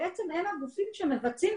בעצם הם הגופים שיורדים ומבצעים,